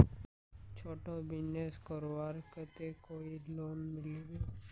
छोटो बिजनेस करवार केते कोई लोन मिलबे?